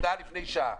זו הודעה מלפני שעה.